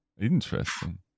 interesting